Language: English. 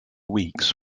weeks